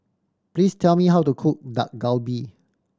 please tell me how to cook Dak Galbi